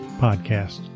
podcast